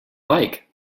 like